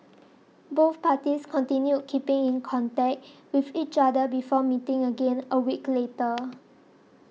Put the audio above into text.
both parties continued keeping in contact with each other before meeting again a week later